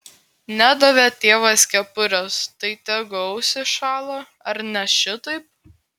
nedavė tėvas kepurės tai tegu ausys šąla ar ne šitaip